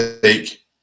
take